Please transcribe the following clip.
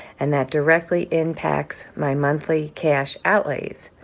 and that directly impacts my monthly cash outlays.